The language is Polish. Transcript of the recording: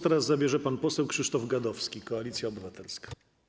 Teraz głos zabierze pan poseł Krzysztof Gadowski, Koalicja Obywatelska.